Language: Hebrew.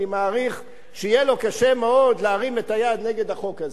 אני מעריך שיהיה לו קשה מאוד להרים את היד נגד החוק הזה.